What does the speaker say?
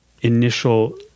initial